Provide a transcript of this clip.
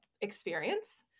experience